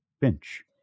pinch